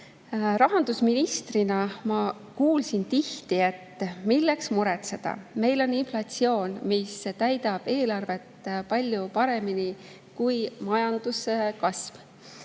Rahandusministrina kuulsin ma tihti, et milleks muretseda, meil on inflatsioon, mis täidab eelarvet palju paremini kui majanduskasv.